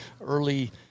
early